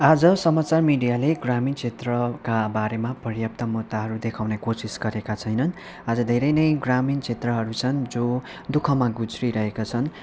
आज समाचार मिडियाले ग्रामीण क्षेत्रका बारेमा पर्याप्त मुद्दाहरू देखाउने कोसिस गरेका छैनन् आज धेरै नै ग्रामीण क्षेत्रहरू छन् जो दुःखमा गुज्रिरहेका छन